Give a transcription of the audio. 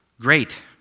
great